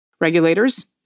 Regulators